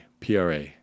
PRA